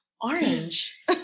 Orange